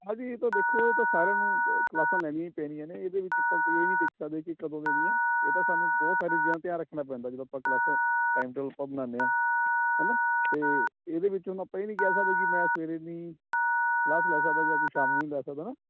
ਹਾਂਜੀ ਇਹ ਤਾਂ ਦੇਖੋ ਇਹ ਤਾਂ ਸਾਰਿਆਂ ਨੂੰ ਕਲਾਸਾਂ ਲੈਣੀਆਂ ਹੀ ਪੈਣੀਆਂ ਨੇ ਇਹਦੇ ਵਿੱਚ ਆਪਾਂ ਕੋਈ ਇਹ ਨਹੀਂ ਦੇਖ ਸਕਦੇ ਕਿ ਕਦੋਂ ਲੈਣੀਆਂ ਇਹ ਤਾਂ ਸਾਨੂੰ ਬਹੁਤ ਸਾਰੀਆਂ ਚੀਜ਼ਾਂ ਧਿਆਨ ਰੱਖਣਾ ਪੈਂਦਾ ਜਦੋਂ ਆਪਾਂ ਕਲਾਸ ਟਾਈਮ ਟੇਬਲ ਆਪਾਂ ਬਣਾਉਂਦੇ ਹਾਂ ਹੈ ਨਾ ਅਤੇ ਇਹਦੇ ਵਿੱਚ ਹੁਣ ਆਪਾਂ ਇਹ ਨਹੀਂ ਕਹਿ ਸਕਦੇ ਕਿ ਮੈਂ ਸਵੇਰੇ ਨਹੀਂ ਕਲਾਸ ਲੈ ਸਕਦਾ ਜਾਂ ਕਿ ਸ਼ਾਮ ਨੂੰ ਨਹੀਂ ਲੈ ਸਕਦਾ ਹੈ ਨਾ